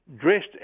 dressed